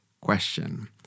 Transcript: question